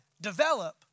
develop